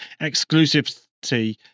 exclusivity